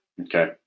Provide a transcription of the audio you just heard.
Okay